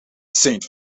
saint